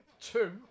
two